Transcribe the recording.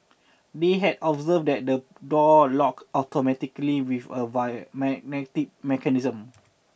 they had observed that the door locked automatically with a via magnetic mechanism